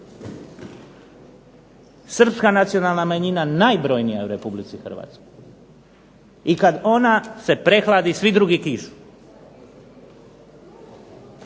Srpska nacionalna manjina najbrojnija je u Republici Hrvatskoj i kad ona se prehladi svi drugi kišu.